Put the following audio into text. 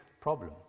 problem